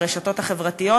ברשתות החברתיות.